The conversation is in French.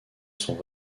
sont